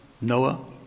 Noah